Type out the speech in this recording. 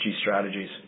strategies